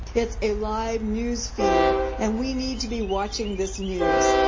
it's a live newsfeed and we need to be watching this news,